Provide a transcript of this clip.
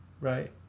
right